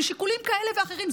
משיקולים כאלה ואחרים,